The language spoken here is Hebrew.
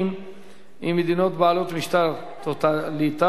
שטחים עם מדינות בעלות משטר טוטליטרי,